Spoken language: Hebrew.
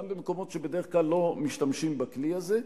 גם במקומות שבדרך כלל לא משתמשים בכלי הזה.